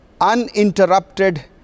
uninterrupted